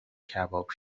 کباب